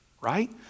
right